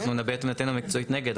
אנחנו נביע את עמדתנו המקצועית נגד,